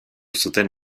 zuten